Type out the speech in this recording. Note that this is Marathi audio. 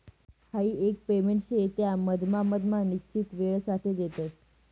हाई एक पेमेंट शे त्या मधमा मधमा निश्चित वेळसाठे देतस